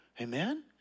Amen